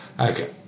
Okay